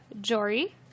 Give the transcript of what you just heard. jory